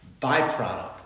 byproduct